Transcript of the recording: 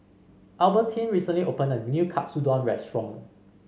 Albertine recently opened a new Katsudon restaurant